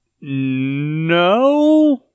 No